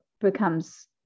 becomes